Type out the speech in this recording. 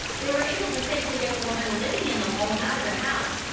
they were able to safely get the woman living in the home out of the house.